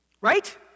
Right